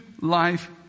life